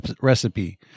recipe